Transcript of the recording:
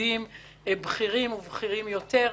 פקידים בכירים ובכירים יותר,